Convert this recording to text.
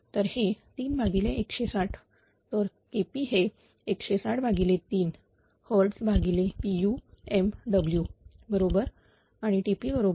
तर हे 3160 तर KP हे1603 Hzpu Mw बरोबर